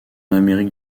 amérique